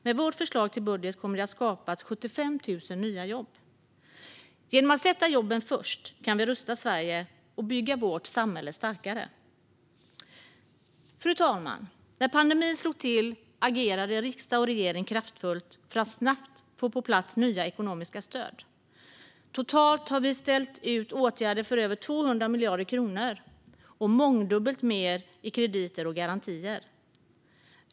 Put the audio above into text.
Med vårt förslag till budget kommer 75 000 nya jobb att skapas. Genom att sätta jobben först kan vi rusta Sverige och bygga vårt samhälle starkare. Fru talman! När pandemin slog till agerade riksdag och regering kraftfullt för att snabbt få nya ekonomiska stöd på plats. Totalt har vi ställt ut åtgärder för över 200 miljarder kronor och mångdubbelt mer i krediter och garantier.